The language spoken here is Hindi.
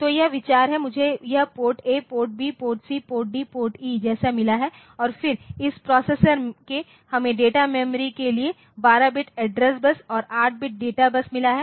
तो यह विचार है मुझे यह PORT A POPRT B PORT C PORT D PORT E जैसा मिला है और फिर इस प्रोसेसर के हमें डेटा मेमोरीके लिए 12 बिट एड्रेस बस और 8 बिट डेटा बस मिला है